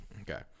Okay